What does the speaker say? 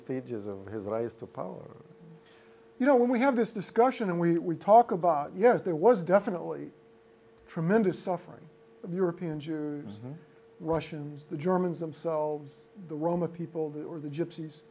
stages of his eyes to power you know when we have this discussion and we talk about yes there was definitely tremendous suffering of european jews russians the germans themselves the roma people that were the gypsies